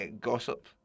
gossip